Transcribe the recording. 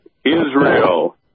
Israel